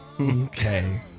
Okay